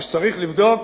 אז צריך לבדוק